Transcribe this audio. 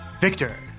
Victor